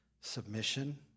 submission